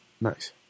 Nice